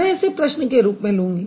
मैं इसे एक प्रश्न के रूप में लूँगी